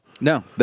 No